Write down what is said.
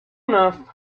enough